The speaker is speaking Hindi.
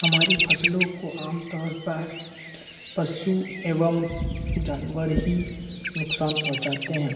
हमारी फसलों को आमतौर पर पशु एवम् जानवर ही नुकसान पहुँचाते हैं